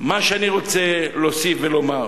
אני רוצה להוסיף ולומר